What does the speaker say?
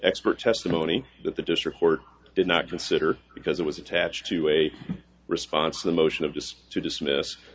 expert testimony that the district court did not consider because it was attached to a response to the motion of just to dismiss